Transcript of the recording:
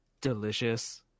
delicious